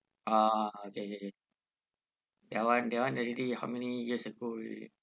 uh okay okay okay that one that one already how many years ago already